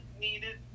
needed